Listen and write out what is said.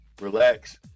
relax